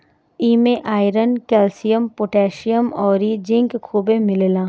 इमे iron, calcium, potassium अउरी zinc खुबे मिलेला